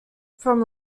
from